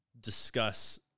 discuss